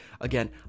Again